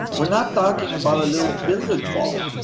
we're not talking about a little billiard ball.